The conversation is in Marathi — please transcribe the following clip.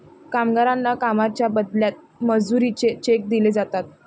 कामगारांना कामाच्या बदल्यात मजुरीचे चेक दिले जातात